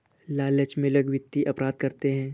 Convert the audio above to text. लालच में लोग वित्तीय अपराध करते हैं